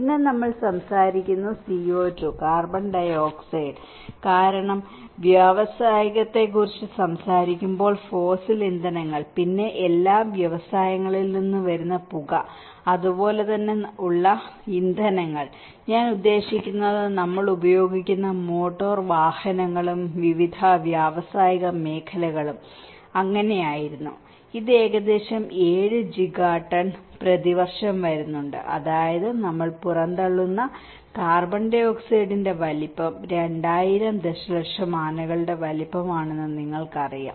പിന്നെ നമ്മൾ സംസാരിക്കുന്ന CO2 കാർബൺ ഡൈ ഓക്സൈഡ് കാരണം വ്യാവസായികത്തെക്കുറിച്ച് സംസാരിക്കുമ്പോൾ ഫോസിൽ ഇന്ധനങ്ങൾ പിന്നെ എല്ലാ വ്യവസായങ്ങളിൽ നിന്നും വരുന്ന പുക അതുപോലെ തന്നെ നമ്മൾ ഉള്ള ഇന്ധനങ്ങൾ ഞാൻ ഉദ്ദേശിക്കുന്നത് നമ്മൾ ഉപയോഗിക്കുന്ന മോട്ടോർ വാഹനങ്ങളും വിവിധ വ്യാവസായിക മേഖലകളും അങ്ങനെയായിരുന്നു ഇത് ഏകദേശം 7 ജിഗാ ടൺ പ്രതിവർഷം വരുന്നുണ്ട് അതായത് നമ്മൾ പുറന്തള്ളുന്ന കാർബൺ ഡൈ ഓക്സൈഡിന്റെ വലുപ്പം 2000 ദശലക്ഷം ആനകളുടെ വലുപ്പം ആണെന്ന് നിങ്ങൾക്കറിയാം